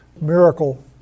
miracle